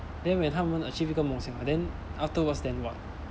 then when 他们 achieve 一个梦想 then afterwards then what